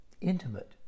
intimate